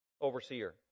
overseer